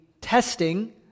testing